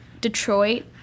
Detroit